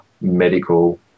medical